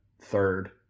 third